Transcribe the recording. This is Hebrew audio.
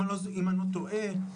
אם אני לא טועה,